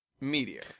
meteor